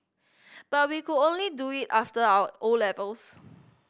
but we could only do it after our O levels